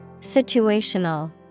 Situational